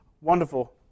Wonderful